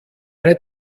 eine